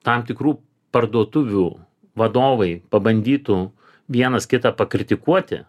tam tikrų parduotuvių vadovai pabandytų vienas kitą pakritikuoti